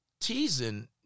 teasing